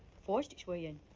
forced it's way in.